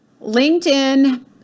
LinkedIn